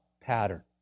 pattern